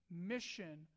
mission